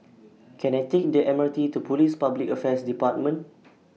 Can I Take The M R T to Police Public Affairs department